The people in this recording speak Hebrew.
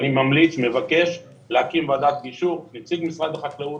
אני מבקש להקים ועדת גישור עם נציג משרד החקלאות,